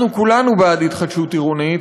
אנחנו כולנו בעד התחדשות עירונית,